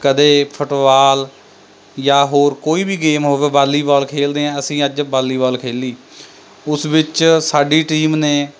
ਕਦੇ ਫੁੱਟਬਾਲ ਜਾਂ ਹੋਰ ਕੋਈ ਵੀ ਗੇਮ ਹੋਵੇ ਵਾਲੀਬਾਲ ਖੇਡਦੇ ਹਾਂ ਅਸੀਂ ਅੱਜ ਵਾਲੀਬਾਲ ਖੇਡੀ ਉਸ ਵਿੱਚ ਸਾਡੀ ਟੀਮ ਨੇ